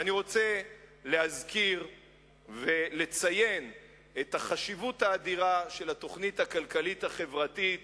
ואני רוצה להזכיר ולציין את החשיבות האדירה של התוכנית הכלכלית-החברתית